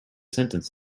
sentence